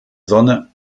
sonne